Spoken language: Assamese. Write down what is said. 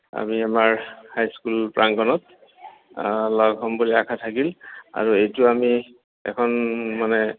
আমি আমাৰ হাই স্কুল প্ৰাংগনত লগ হ'ম বুলি আশা থাকিল আৰু এইটো আমি এখন মানে